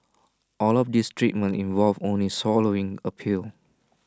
all of these treatments involve only swallowing A pill